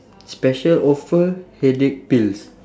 special offer headache pills